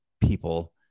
people